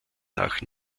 nach